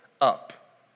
up